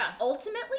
ultimately